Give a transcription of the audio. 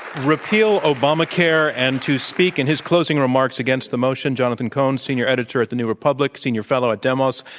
repeal obamacare. and to speak in his closing remarks against the motion, jonathan cohn, senior editor at the new republic, senior fellow at demos,